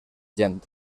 gent